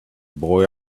boy